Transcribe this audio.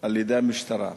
על-ידי המשטרה.